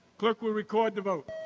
clerk will record the vote.